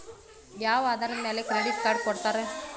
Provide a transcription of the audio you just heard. ಯಾವ ಆಧಾರದ ಮ್ಯಾಲೆ ಕ್ರೆಡಿಟ್ ಕಾರ್ಡ್ ಕೊಡ್ತಾರ?